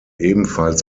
ebenfalls